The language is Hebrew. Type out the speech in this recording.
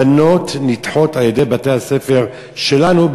בנות נדחות על-ידי בתי-הספר שלנו,